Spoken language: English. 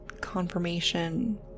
confirmation